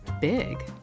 big